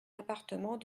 appartements